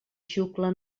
xucla